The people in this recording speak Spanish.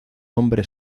hombre